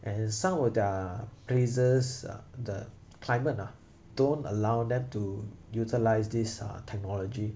and some of their places uh the climate ah don't allow them to utilize this uh technology